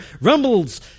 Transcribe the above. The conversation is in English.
rumbles